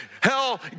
Hell